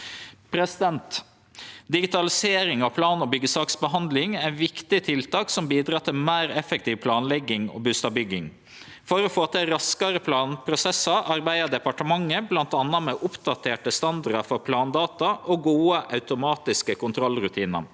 Digitalisering av plan- og byggjesaksbehandling er eit viktig tiltak som bidrar til meir effektiv planlegging og bustadbygging. For å få til raskare planprosessar arbeider departementet bl.a. med oppdaterte standardar for plandata og gode automatiske kontrollrutinar.